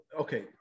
okay